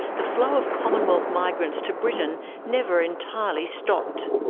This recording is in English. the flow of commonwealth migrants to britain never entirely stopped.